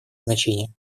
значение